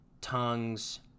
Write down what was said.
tongues